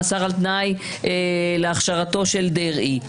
מאסר על תנאי להכשרתו של דרעי,